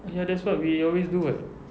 ya that's what we always do [what]